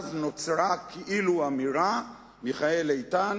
ואז נוצרה כאילו אמירה: מיכאל איתן